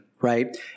right